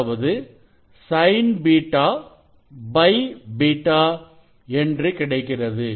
அதாவது sin β β என்று கிடைக்கிறது